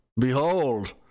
Behold